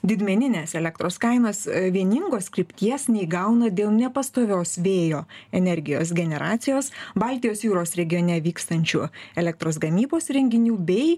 didmeninės elektros kainos vieningos krypties neįgauna dėl nepastovios vėjo energijos generacijos baltijos jūros regione vykstančių elektros gamybos įrenginių bei